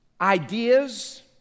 Ideas